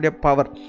power